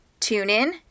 TuneIn